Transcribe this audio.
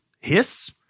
hiss